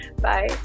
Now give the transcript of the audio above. Bye